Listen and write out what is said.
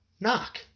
Knock